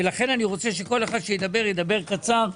ולכן אני רוצה שכל אחד שידבר ידבר קצר.